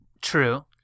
True